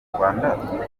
rwanda